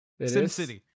SimCity